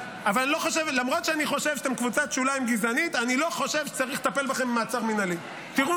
מרב שאלה שאלה מצוינת: מדוע אתה לא מבטל בכלל את המעצרים המינהליים?